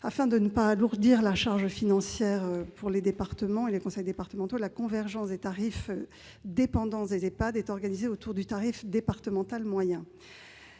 Afin de ne pas alourdir la charge financière pour les conseils départementaux, la convergence des tarifs « dépendance » des EHPAD est organisée autour du tarif moyen départemental.